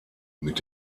mit